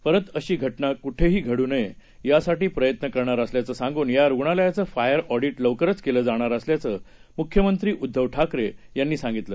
परतअशीघटनाकुठेहीघडूनयेयासाठीप्रयत्नकरणारअसल्याचंसांगूनयारूग्णालयाचंफायरऑडिटलवकरचकेलंजाणारअसल्याचंमुख्यमंत्रीउ द्धवठाकरेयांनीसांगितलं